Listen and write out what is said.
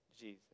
Jesus